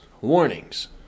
warnings